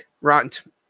rotten